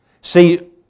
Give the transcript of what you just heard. See